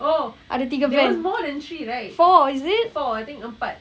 oh there was more than three right four I think empat